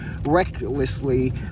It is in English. recklessly